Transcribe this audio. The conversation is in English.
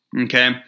okay